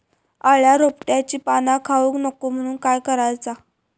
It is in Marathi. अळ्या रोपट्यांची पाना खाऊक नको म्हणून काय करायचा?